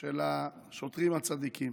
של השוטרים הצדיקים